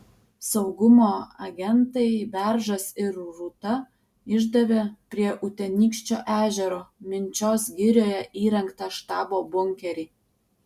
saugumo agentai beržas ir rūta išdavė prie utenykščio ežero minčios girioje įrengtą štabo bunkerį